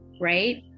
right